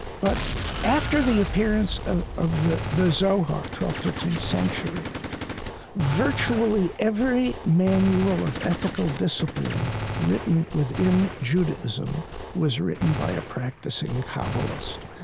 but after the appearance of of the the zohar twelfth, thirteenth century virtually every manual of ethical discipline written within judaism was written by a practicing kabbalist.